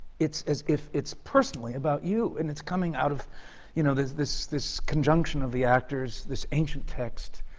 it's as if it's personally about you, and it's coming out of you know, there's this this conjunction of the actors, this ancient text,